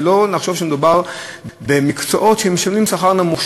שלא נחשוב שמדובר במקצועות שמשלמים בהם שכר נמוך.